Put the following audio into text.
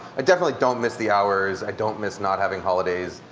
ah definitely don't miss the hours, i don't miss not having holidays.